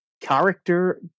character